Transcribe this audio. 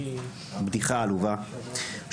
בדיחה עלובה,